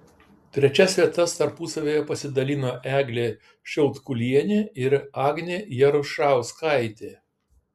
trečias vietas tarpusavyje pasidalino eglė šiaudkulienė ir agnė jarušauskaitė